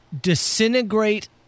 disintegrate